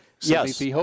Yes